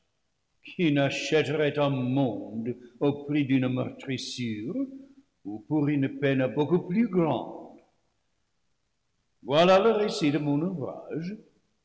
qui n'achèterait un monde au prix d'une meurtrissure ou pour une peine beaucoup plus grande voilà le récit de mon ouvrage